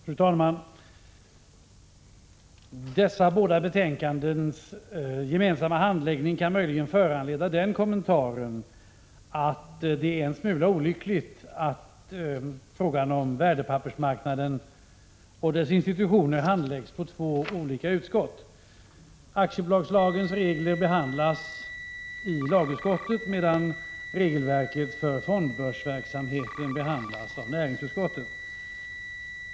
Fru talman! Dessa båda betänkandens gemensamma handläggning kan möjligen föranleda den kommentaren att det är en smula olyckligt att frågan om värdepappersmarknaden och dess institutioner handläggs av två olika utskott. Aktiebolagslagens regler behandlas i lagutskottet, medan regelverket för fondbörsverksamheten behandlas av näringsutskottet.